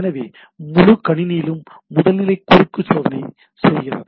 எனவே முழு கணினியிலும் முதல் நிலை குறுக்கு சோதனை செய்கிறது